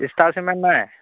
star Cement নাই